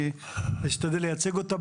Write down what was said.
אני אשתדל לייצג אותה.